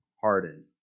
hardened